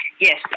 Yes